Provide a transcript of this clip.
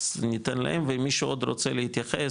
ניתן להם ואם מישהו עוד רוצה להתייחס,